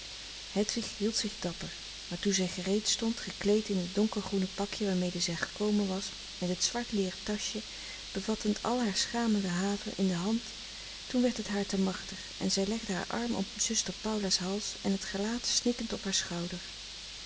hedwig hield zich dapper maar toen zij gereed stond gekleed in het donkergroene pakje waarmede zij frederik van eeden van de koele meren des doods gekomen was met het zwartleeren taschje bevattend al haar schamele have in de hand toen werd het haar te machtig en zij legde haar arm om zuster paula's hals en het gelaat snikkend op haar schouder